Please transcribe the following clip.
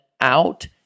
out